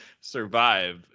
survive